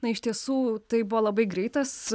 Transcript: na iš tiesų tai buvo labai greitas